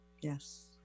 Yes